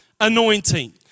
anointing